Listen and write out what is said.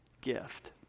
gift